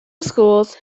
schools